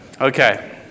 Okay